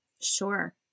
Sure